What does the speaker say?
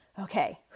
Okay